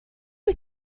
you